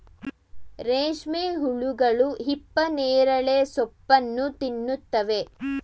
ರೇಷ್ಮೆ ಹುಳುಗಳು ಹಿಪ್ಪನೇರಳೆ ಸೋಪ್ಪನ್ನು ತಿನ್ನುತ್ತವೆ